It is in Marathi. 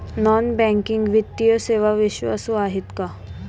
नॉन बँकिंग वित्तीय सेवा विश्वासू आहेत का?